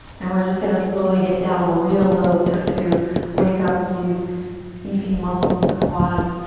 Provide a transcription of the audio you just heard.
and we're just gonna slowly get down real low. start to wake up these beefy muscles, the quads.